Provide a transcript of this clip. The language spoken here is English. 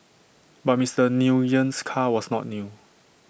but Mister Nguyen's car was not new